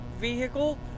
vehicle